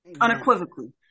Unequivocally